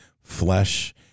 flesh